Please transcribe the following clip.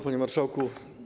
Panie Marszałku!